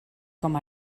com